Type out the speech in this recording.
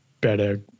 better